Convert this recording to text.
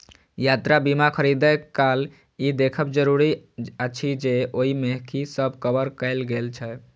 यात्रा बीमा खरीदै काल ई देखब जरूरी अछि जे ओइ मे की सब कवर कैल गेल छै